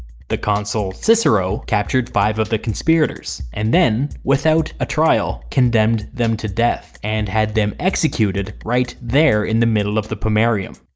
the consul cicero captured five of the conspirators, and then, without a trial, condemned them to death and had them executed right there in the middle of the pomerium.